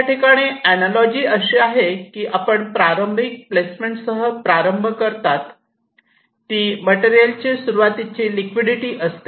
याठिकाणी एनालॉजि अशी आहे की आपण प्रारंभिक प्लेसमेंटसह प्रारंभ करता ती मटेरियल ची सुरुवातीचे लिक्विडिटी असते